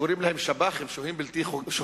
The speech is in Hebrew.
שקוראים להם שב"חים, שוהים בלתי חוקיים,